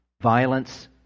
violence